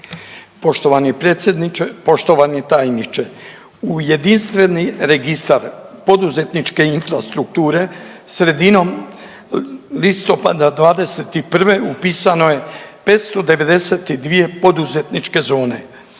podnijela zahtjev za darovanjem. U jedinstveni registar poduzetničke infrastrukture sredinom listopada 2021.g. upisane su 592 poduzetničke zone